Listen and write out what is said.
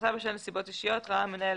הפחתה בשל נסיבות אישיות ראה המנהל,